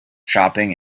shopping